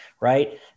right